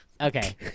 okay